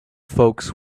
folks